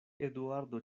eduardo